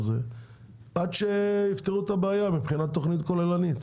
עד שיפתרו את הבעיה מבחינת תוכנית כוללנית.